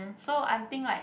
so I think like